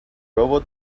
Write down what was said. robot